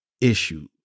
issue